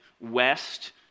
west